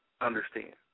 understand